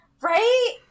Right